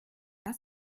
das